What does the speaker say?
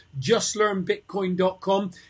JustLearnBitcoin.com